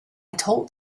told